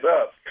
up